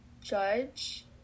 judge